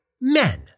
men